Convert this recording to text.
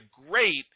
great